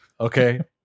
okay